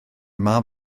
mab